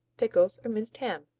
pickles, or minced ham.